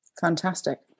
Fantastic